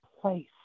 place